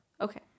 Okay